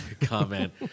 comment